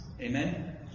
Amen